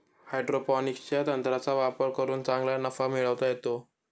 हायड्रोपोनिक्सच्या तंत्राचा वापर करून चांगला नफा मिळवता येतो